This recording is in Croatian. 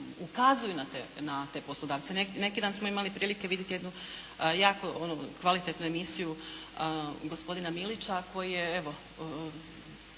ukazuju na te poslodavce. Neki dan smo imali prilike vidjeti jednu jako kvalitetnu emisiju gospodina Milića koji je evo